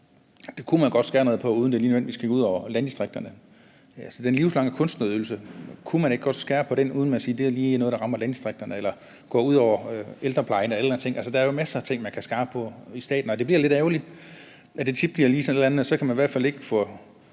Det kunne man godt skære ned på, uden at det lige nødvendigvis gik ud over landdistrikterne. Kunne man ikke godt skære ned på den livslange kunstnerydelse, uden at det var noget, der lige rammer landdistrikterne eller går ud over ældreplejen eller en eller anden ting? Der er jo masser af ting, man kan bare på i staten. Det bliver lidt ærgerligt, at det tit lige bliver sådan et eller andet med, at så kan man ikke få